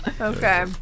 Okay